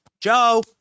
Joe